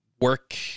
work